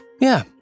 Yeah